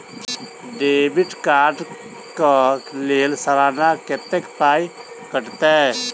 Debit card कऽ लेल सलाना कत्तेक पाई कटतै?